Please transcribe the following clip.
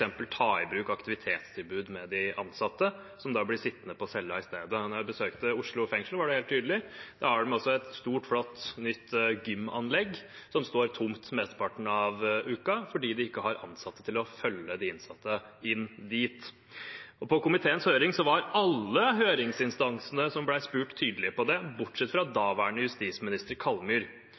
ta i bruk aktivitetstilbud med de innsatte, som blir sittende på cella i stedet. Da jeg besøkte Oslo fengsel, var det helt tydelig. Der har de et stort flott gymanlegg, som står tomt mesteparten av uken, fordi de ikke har ansatte til å følge de innsatte inn dit. I komiteens høring var alle høringsinstansene som ble spurt, tydelige på dette, bortsett fra daværende justisminister